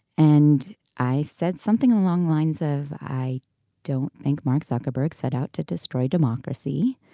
and i said something along lines of i don't think mark zuckerberg set out to destroy democracy.